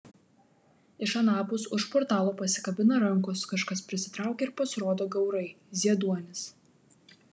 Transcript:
iš anapus už portalo pasikabina rankos kažkas prisitraukia ir pasirodo gaurai zieduonis